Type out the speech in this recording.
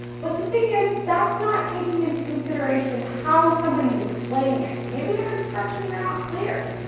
but the thing is, that's not taking into consideration how somebody's explaining it. maybe their instructions are not clear.